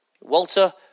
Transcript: Walter